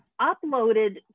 uploaded